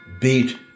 beat